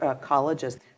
colleges